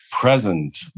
present